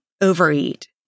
overeat